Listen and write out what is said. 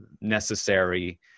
necessary